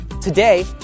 Today